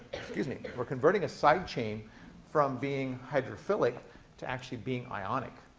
excuse me, we're converting a side chain from being hydrophilic to actually being ionic.